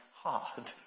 hard